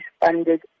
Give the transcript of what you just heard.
funded